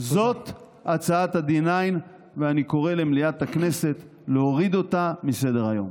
זאת הצעת ה-9,D ואני קורא למליאת הכנסת להוריד אותה מסדר-היום.